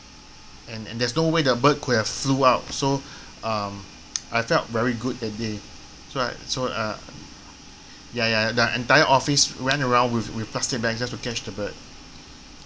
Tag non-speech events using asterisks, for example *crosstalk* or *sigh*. and and there's no way the bird could have flew out so um *noise* I felt very good that day so I so uh ya ya the entire office went around with with plastic bag just to catch the bird